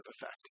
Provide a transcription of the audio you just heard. effect